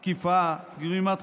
תקיפה, גרימת חבלה,